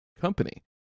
company